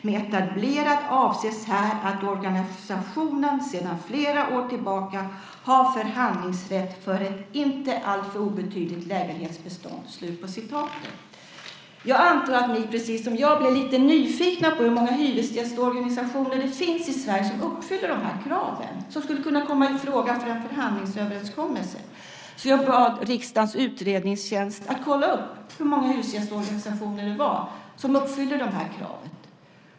Med etablerad avses här att organisationen sedan flera år tillbaka har förhandlingsrätt för ett inte alltför obetydligt lägenhetsbestånd." Jag antar att ni precis som jag blir lite nyfikna på hur många hyresgästorganisationer det finns i Sverige som uppfyller de här kraven och som skulle kunna komma i fråga för en förhandlingsöverenskommelse. Jag bad riksdagens utredningstjänst att kolla upp hur många hyresgästorganisationer det finns som uppfyller de här kraven.